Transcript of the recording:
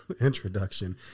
introduction